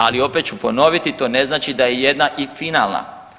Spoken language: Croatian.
Ali, opet ću ponoviti, to ne znači da je jedna i finalna.